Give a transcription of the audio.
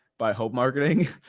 by hope marketing.